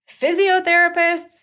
physiotherapists